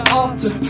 altar